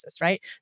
right